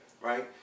right